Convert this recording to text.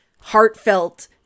Heartfelt